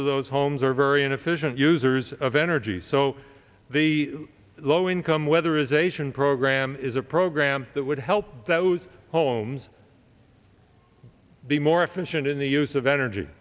of those homes are very inefficient users of energy so the low income weather is a sion program is a program that would help those homes be more efficient in the use of energy